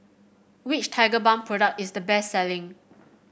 which Tigerbalm product is the best selling